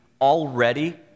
already